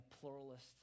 pluralist